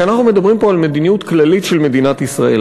כי אנחנו מדברים פה על מדיניות כללית של מדינת ישראל,